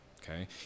okay